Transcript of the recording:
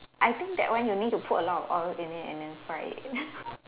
I think that one you need to put a lot of oil in it and then fry it